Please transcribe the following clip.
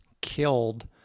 killed